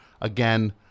Again